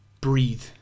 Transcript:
breathe